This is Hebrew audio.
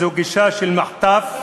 זו גישה של מחטף,